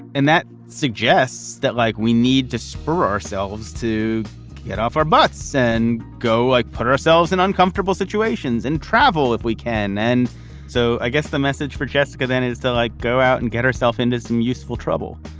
and that suggests that, like, we need to spur ourselves to get off our butts and go like putting ourselves in uncomfortable situations and travel if we can. and so i guess the message for jessica then is to like go out and get herself into some useful trouble